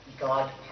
God